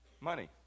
Money